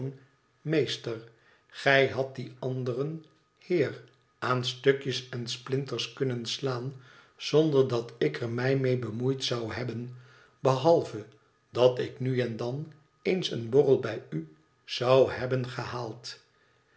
meester gij hadt dien anderen heer aan stukjes en splinters kunnen slaan zonder dat ik er mij mee bemoeid zou hebben behalve dat ik nu en dan eens een borrel bij u zou hebben gehaald